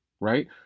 Right